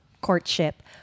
courtship